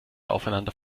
aufeinander